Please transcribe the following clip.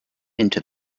into